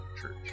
Church